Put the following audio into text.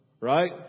Right